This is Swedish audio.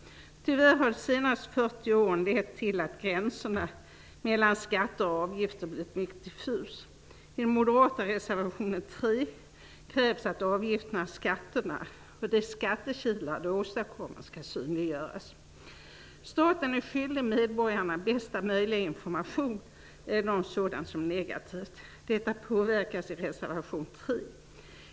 Tyvärr har de senaste 40 åren lett till att gränserna mellan skatter och avgifter blivit mycket diffusa. I den moderata reservation 3 krävs att avgifterna, eller skatterna, och de skattekilar de åstadkommer skall synliggöras. Staten är skyldig medborgarna bästa möjliga information även om sådant som är negativt. Detta påpekas i reservation 3.